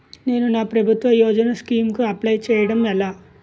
నేను నా ప్రభుత్వ యోజన స్కీం కు అప్లై చేయడం ఎలా?